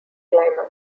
climax